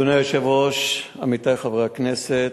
אדוני היושב-ראש, עמיתי חברי הכנסת,